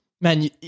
man